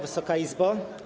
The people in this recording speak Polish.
Wysoka Izbo!